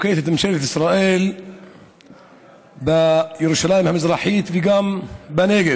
נוקטת ממשלת ישראל בירושלים המזרחית וגם בנגב,